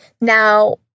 Now